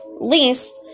least